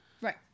Right